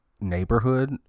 neighborhood